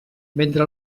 mentre